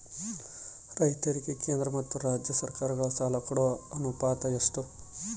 ರೈತರಿಗೆ ಕೇಂದ್ರ ಮತ್ತು ರಾಜ್ಯ ಸರಕಾರಗಳ ಸಾಲ ಕೊಡೋ ಅನುಪಾತ ಎಷ್ಟು?